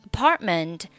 Apartment